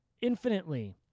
infinitely